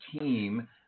team